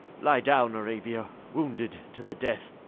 lie down, arabia, wounded to the death,